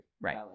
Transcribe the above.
Right